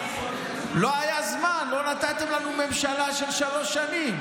לא היה זמן, לא נתתם לנו ממשלה של שלוש שנים,